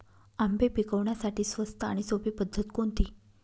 आंबे पिकवण्यासाठी स्वस्त आणि सोपी पद्धत कोणती?